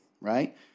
right